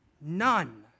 none